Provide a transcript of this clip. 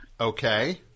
Okay